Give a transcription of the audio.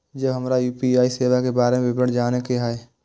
जब हमरा यू.पी.आई सेवा के बारे में विवरण जाने के हाय?